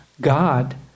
God